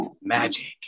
magic